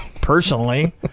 Personally